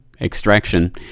extraction